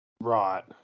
Right